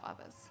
others